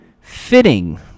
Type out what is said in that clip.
fitting